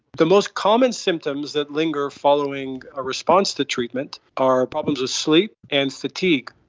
the most common symptoms that linger following a response to treatment are problems with sleep and fatigue,